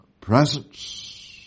presence